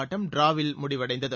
ஆட்டம் டிராவில் முடிவடைந்தது